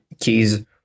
keys